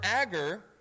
Agar